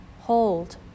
hold